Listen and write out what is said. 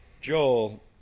Joel